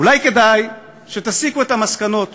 אולי כדאי שתסיקו את המסקנות